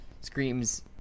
screams